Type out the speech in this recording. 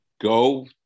go